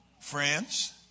Friends